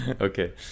Okay